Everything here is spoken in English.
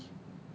chang kee